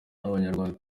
abanyarwanda